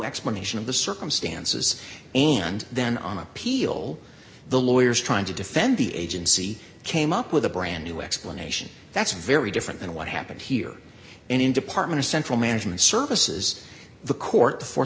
explanation of the circumstances and then on appeal the lawyers trying to defend the agency came up with a brand new explanation that's very different than what happened here in department of central management services the court